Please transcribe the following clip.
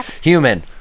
human